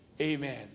Amen